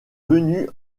venues